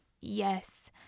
yes